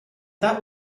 that